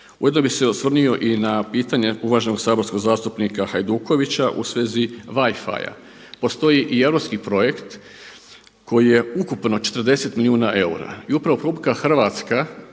Ujedno bi se osvrnuo i na pitanje uvaženog saborskog zastupnika Hajdukovića u svezi Wifia. Postoji i europski projekt koji je ukupno 40 milijuna eura i upravo RH traži